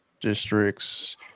districts